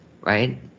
right